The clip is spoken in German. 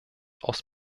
aus